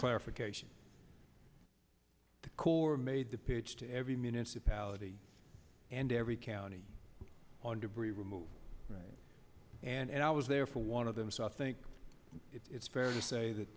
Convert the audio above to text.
clarification the core made the pitch to every municipality and every county on debris removal right and i was there for one of them so i think it's fair to say that